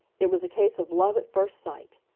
it was a case of love at first sight.